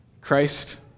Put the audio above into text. Christ